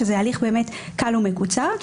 שזה הליך באמת קל ומקוצר.